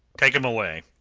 take him away,